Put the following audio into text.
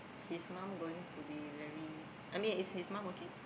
his mom going to be very I mean is his mom okay